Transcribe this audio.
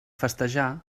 festejar